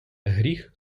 гріх